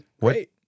Wait